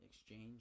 exchange